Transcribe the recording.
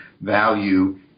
value